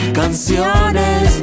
canciones